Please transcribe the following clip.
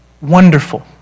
wonderful